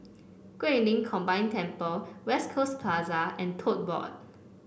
Guilin Combined Temple West Coast Plaza and Tote Board